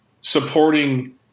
supporting